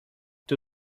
two